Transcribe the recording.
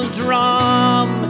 drum